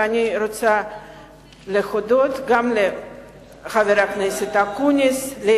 ואני רוצה להודות לחברי הכנסת אקוניס וליה